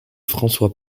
françois